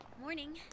Morning